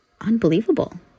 unbelievable